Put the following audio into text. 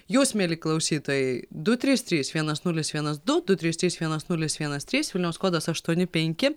jūs mieli klausytojai du trys trys vienas nulis vienas du du trys trys vienas nulis vienas trys vilniaus kodas aštuoni penki